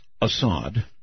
Assad